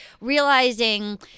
Realizing